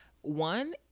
One